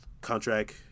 contract